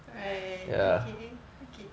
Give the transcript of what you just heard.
right okay okay